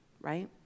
right